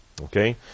Okay